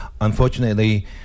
unfortunately